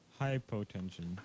Hypotension